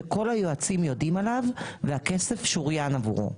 שכל היועצים יודעים עליו והכסף שוריין עבורו.